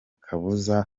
kabuza